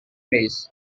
ways